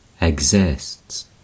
exists